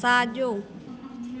साजो॒